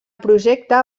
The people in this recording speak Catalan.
projecte